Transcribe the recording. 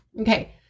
Okay